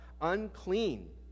Unclean